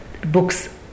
books